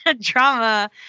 drama